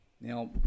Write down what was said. now